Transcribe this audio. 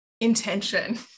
intention